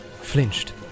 flinched